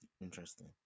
interesting